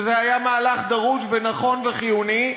שהוא היה מהלך דרוש ונכון וחיוני,